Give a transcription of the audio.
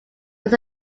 was